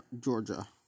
Georgia